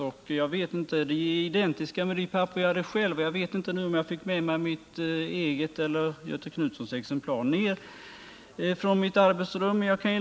De är identiskt lika med de papper som jag hade själv, så jag vet inte ens om jag nu hit ner fick med mig mitt eget eller Göthe Knutsons exemplar från mitt arbetsrum.